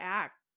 act